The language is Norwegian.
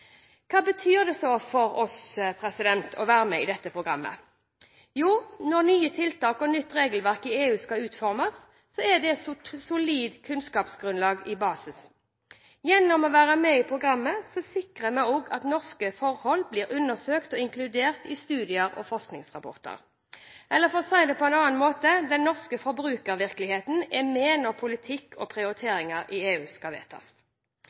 Hva betyr det så for oss å være med i dette programmet? Jo, når nye tiltak og nytt regelverk i EU skal utformes, er et solid kunnskapsgrunnlag basisen. Gjennom å være med i programmet sikrer vi også at norske forhold blir undersøkt og inkludert i studier og forskningsrapporter, eller for å si det på en annen måte: Den norske forbrukervirkeligheten er med når politikk og prioriteringer i EU skal vedtas.